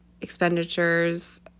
expenditures